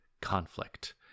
conflict